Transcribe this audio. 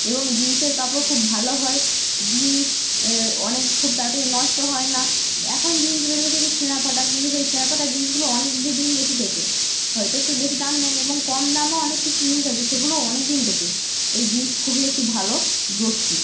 এবং জিন্সের কাপড় খুব ভালো হয় জিন্স অনেক খুব তাড়াতাড়ি নষ্ট হয় না এখন জিন্স বেরিয়েছে কী ছেঁড়া ফাটা কিন্তু সেই ছেঁড়া ফাটা জিন্সগুলো অনেক দিন বেশি টেকে হয়তো একটু বেশি দাম নেয় এবং কম দামও অনেক কিছু জিন্স আছে সেগুলো অনেক দিন টেকে এই জিন্স খুবই একটি ভালো বস্তু